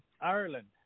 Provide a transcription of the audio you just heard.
Ireland